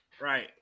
Right